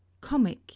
Comic